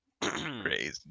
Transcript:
crazy